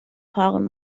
fahren